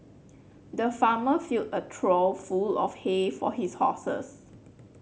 the farmer filled a trough full of hay for his horses